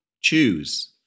Choose